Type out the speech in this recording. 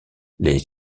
les